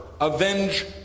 avenge